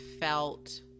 felt